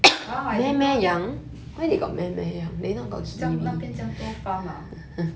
!wow! I didn't know 那边这样多 farm ah